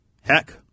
heck